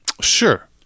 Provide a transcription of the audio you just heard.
Sure